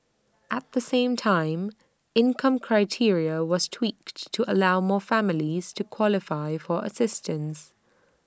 at the same time income criteria was tweaked to allow more families to qualify for assistance